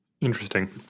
Interesting